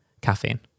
caffeine